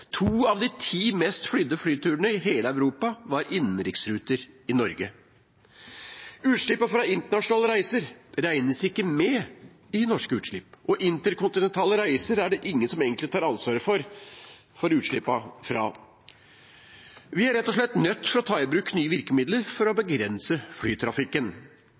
To av de ti mest flydde flyturene i hele Europa var innenriksruter i Norge. Utslippene fra internasjonale reiser regnes ikke med i norske utslipp, og utslippene fra interkontinentale reiser er det ingen som egentlig tar ansvaret for. Vi er rett og slett nødt til å ta i bruk nye virkemidler for å begrense flytrafikken.